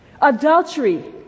Adultery